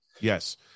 Yes